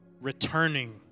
returning